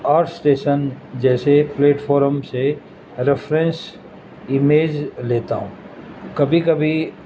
art station جیسے platform سے reference image لیتا ہوں کبھی کبھی